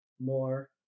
more